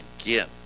again